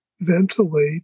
ventilate